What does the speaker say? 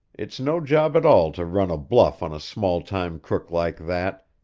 it's no job at all to run a bluff on a small-time crook like that.